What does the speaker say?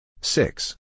Six